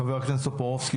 חבר הכנסת טופורובסקי,